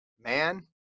man